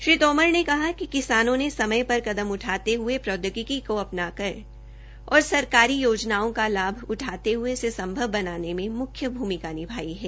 श्री तोमर ने कहा कि किसानों ने समय पर कदम उठाते ह्ये प्रोद्योगिकी को अपना कर और सरकारी योजनाओं का लाभ उठाते हये इसे संभव बनाने में मुख्य भ्रमिका निभाई है